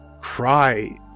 cry